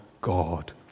God